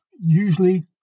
Usually